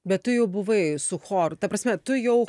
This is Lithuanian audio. bet tu jau buvai su choru ta prasme tu jau